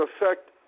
affect